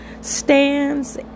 stands